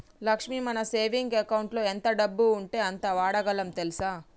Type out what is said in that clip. లక్ష్మి మన సేవింగ్ అకౌంటులో ఎంత డబ్బు ఉంటే అంత వాడగలం తెల్సా